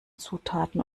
zutaten